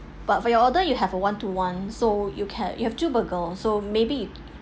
but for your order you have a one to one so you can you have to burger so maybe